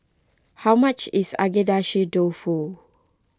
how much is Agedashi Dofu